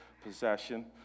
possession